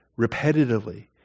Repetitively